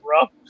rough